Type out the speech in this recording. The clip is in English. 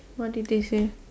what did they say